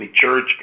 Church